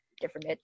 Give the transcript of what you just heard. different